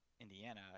Indiana